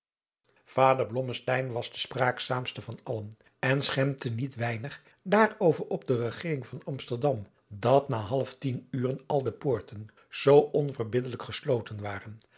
blommesteyn was de spraakzaamste van allen en schempte niet weinig daarover op de regering van amsterdam dat na half tien uren al de poorten zoo onverbiddelijk gesloten waren